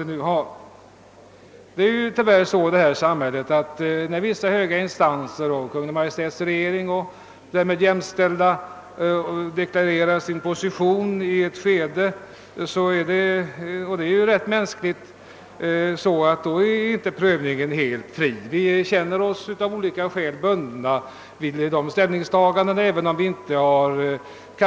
Det förhåller sig tyvärr så att när vissa höga instanser, t.ex. regeringen, har deklarerat sin position, så är prövningen inte helt fri. Vi känner oss av olika skäl bundna av dessa ställningstaganden, även om vi själva